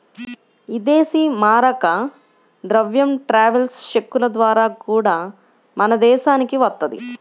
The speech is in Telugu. ఇదేశీ మారక ద్రవ్యం ట్రావెలర్స్ చెక్కుల ద్వారా గూడా మన దేశానికి వత్తది